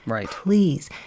please